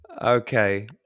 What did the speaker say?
Okay